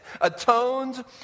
atoned